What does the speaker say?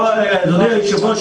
אדוני היושב-ראש,